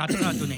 דעתך, אדוני.